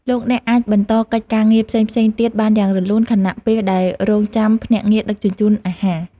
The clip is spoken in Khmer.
លោកអ្នកអាចបន្តកិច្ចការងារផ្សេងៗទៀតបានយ៉ាងរលូនខណៈពេលដែលរង់ចាំភ្នាក់ងារដឹកជញ្ជូនអាហារ។